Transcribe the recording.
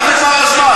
מה נגמר הזמן?